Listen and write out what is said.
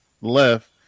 left